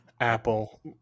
Apple